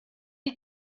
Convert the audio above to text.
die